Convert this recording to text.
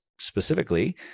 specifically